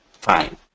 fine